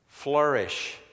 Flourish